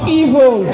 evil